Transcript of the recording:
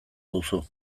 duzu